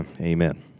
amen